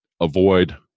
avoid